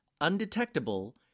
undetectable